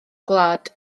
gwlad